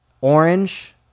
Orange